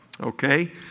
Okay